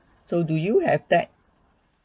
so do you have that